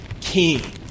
king